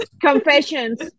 Confessions